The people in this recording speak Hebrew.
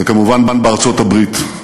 וכמובן בארצות-הברית.